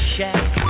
Shack